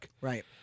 Right